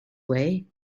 way